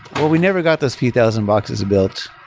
well, we never got those few thousands boxes built.